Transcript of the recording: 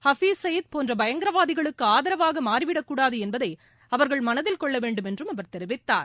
ஹஃபீஸ் சயிது போன்ற பயங்கரவாதிகளுக்கு ஆதரவாக மாறிவிடக்கூடாது என்பதை அவர்கள் மனதில் கொள்ளவேண்டும் என்றும் அவர் தெரிவித்தார்